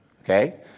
okay